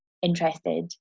interested